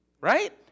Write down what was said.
right